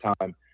time